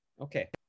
Okay